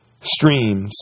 streams